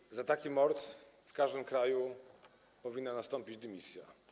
I za taki mord w każdym kraju powinna nastąpić dymisja.